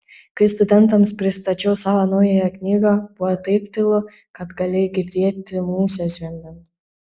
kai studentams pristačiau savo naująją knygą buvo taip tylu kad galėjai girdėti musę zvimbiant